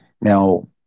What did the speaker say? Now